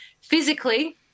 physically